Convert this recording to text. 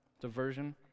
Diversion